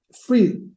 free